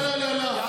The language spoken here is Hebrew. לא לא לא לא.